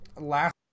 last